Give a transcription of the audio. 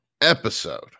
episode